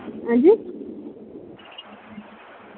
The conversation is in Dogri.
हां जी